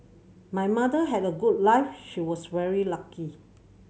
my mother had a good life she was very lucky